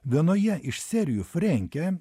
vienoje iš serijų frenkė